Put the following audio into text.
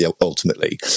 ultimately